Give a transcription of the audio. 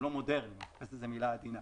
הם לא מודרניים, זאת מילה עדינה.